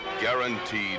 guaranteed